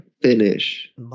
finish